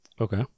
Okay